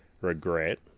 regret